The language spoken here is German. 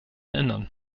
ändern